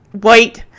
white